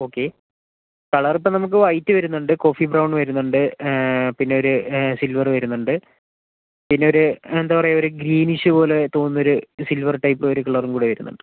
okay colour ഇപ്പോൾ നമുക്ക് white വരുന്നുണ്ട് കോഫി ബ്രൗൺ വരുന്നുണ്ട് പിന്നെ ഒരു സിൽവർ വരുന്നുണ്ട് പിന്നെ ഒരു എന്താണ് പറയുക ഒരു ഗ്രീനിഷ് പോലെ തോന്നുന്ന ഒരു സിൽവർ ടൈപ്പ് ഒരു കളറും കൂടെ വരുന്നുണ്ട്